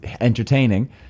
entertaining